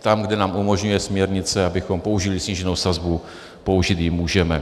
Tam, kde nám umožňuje směrnice, abychom použili sníženou sazbu, ji použít můžeme.